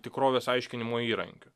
tikrovės aiškinimo įrankiu